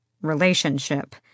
relationship